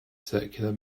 circular